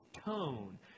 tone